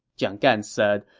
jiang gan said,